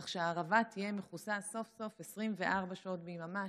כך שהערבה תהיה מכוסה סוף-סוף 24 שעות ביממה,